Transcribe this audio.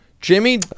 Jimmy